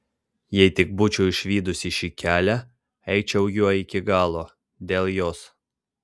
jei tik būčiau išvydusi šį kelią eičiau juo iki galo dėl jos